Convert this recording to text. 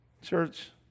Church